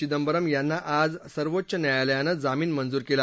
चिंदबरम यांना आज सर्वोच्च न्यायालयानं जामीन मंजूर केला